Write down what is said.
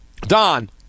Don